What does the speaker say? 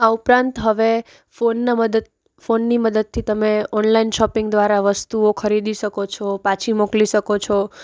આ ઉપરાંત હવે મદદ ફોનની મદદથી તમે ઓનલાઇન શોપિંગ દ્વારા વસ્તુઓ ખરીદી શકો છો પાછી મોકલી શકો છો